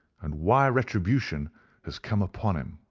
and why retribution has come upon him.